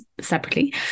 separately